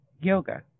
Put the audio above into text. yoga